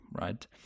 right